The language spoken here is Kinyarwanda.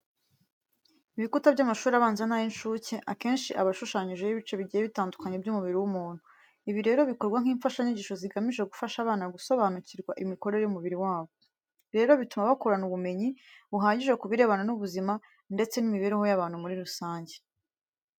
Ibikuta by'amashuri abanza n'ay'incuke akenshi aba ashushanyijeho ibice bigiye bitandukanye by'umubiri w'umuntu. Ibi rero bikorwa nk'imfashanyigisho zigamije gufasha abana gusobanukirwa imikorere y'umubiri wabo. Rero bituma bakurana ubumenyi buhagije ku birebana n'ubuzima ndetse n'imibereho y'abantu muri rusange.